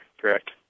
correct